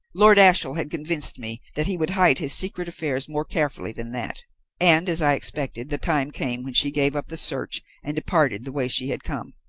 lord ashiel had convinced me that he would hide his secret affairs more carefully than that and, as i expected, the time came when she gave up the search and departed the way she had come.